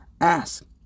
Ask